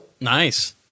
Nice